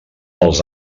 dels